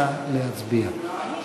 נא להצביע.